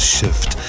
Shift